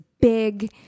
big